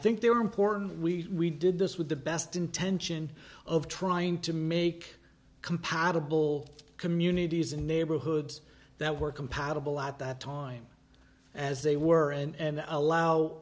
think they were important we did this with the best intention of trying to make compatible communities and neighborhoods that were compatible at that time as they were and allow